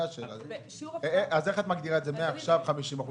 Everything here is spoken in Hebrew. אז איך את מגדירה מעכשיו 50%?